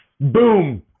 boom